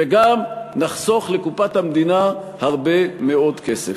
וגם נחסוך לקופת המדינה הרבה מאוד כסף.